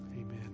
Amen